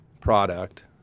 product